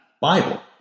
Bible